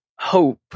Hope